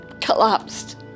collapsed